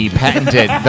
patented